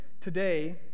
today